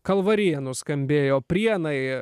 kalvarija nuskambėjo prienai